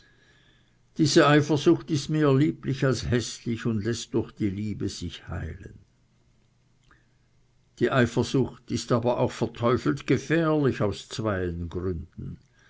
diese eifersucht ist mehr lieblich als häßlich und läßt durch die liebe sich heilen die eifersucht ist aber auch verteufelt gefährlich aus zweien gründen